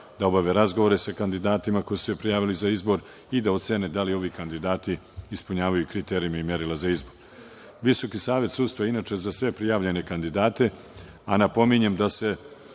da obave razgovore sa kandidatima koji su se prijavili za izbor i da ocene da li ovi kandidati ispunjavaju kriterijume i merila za izbor. Visoki savet sudstva za sve prijavljene kandidate, a napominjem da se